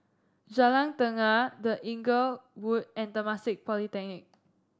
Jalan Tenaga The Inglewood and Temasek Polytechnic